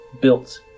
built